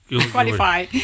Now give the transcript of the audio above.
qualify